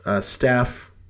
staff